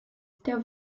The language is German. der